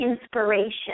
Inspiration